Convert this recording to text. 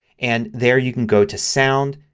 and there you can go to sound,